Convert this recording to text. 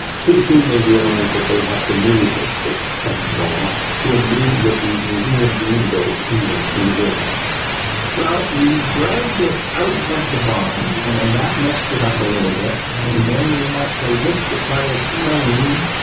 pretty soon they realized that they'd have to move this six-ton ball to a new ripley's museum being built in branson, missouri well, we dragged it out of the barn, and that messed it up a little bit. and then we had to lift it by a crane,